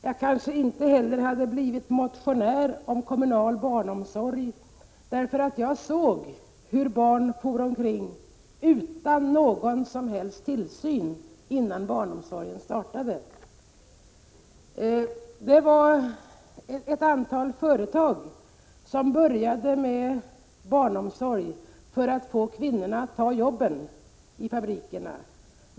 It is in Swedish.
Jag kanske inte heller hade kommit att motionera om kommunal barnomsorg — därför att jag såg hur barn for omkring utan någon som helst tillsyn innan barnomsorgen startat. Ett antal företag började med barnomsorg för att få kvinnorna att ta jobb i fabrikerna.